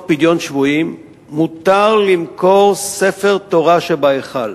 פדיון שבויים מותר למכור ספר תורה שבהיכל.